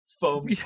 foam